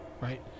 Right